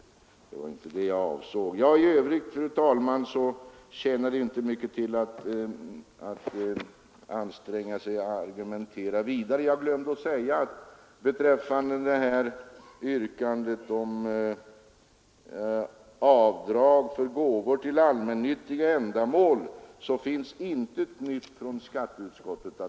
Det var inte det jag avsåg. I övrigt tjänar det inte mycket till att anstränga sig med att argumentera vidare. Jag vill bara tillägga, vilket jag glömde förut, att beträffande yrkandet om avdrag för gåvor till allmännyttiga ändamål finns inget nytt att meddela från skatteutskottet.